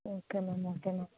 okay ma'am okay ma'am